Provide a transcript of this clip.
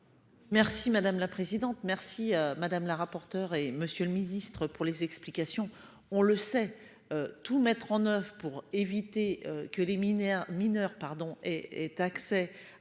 Merci madame la présidente. Merci madame la rapporteure et Monsieur le Ministre, pour les explications. On le sait. Tout mettre en oeuvre pour éviter que les mineurs, mineurs pardon et